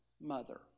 mother